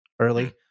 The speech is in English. early